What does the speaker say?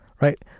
right